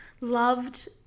loved